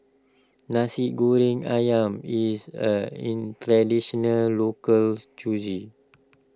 Nasi Goreng Ayam is a in Traditional Local Cuisine